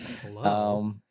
Hello